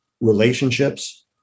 relationships